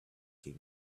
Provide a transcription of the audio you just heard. king